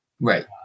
Right